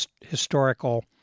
historical